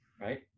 right